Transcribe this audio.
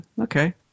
okay